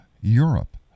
Europe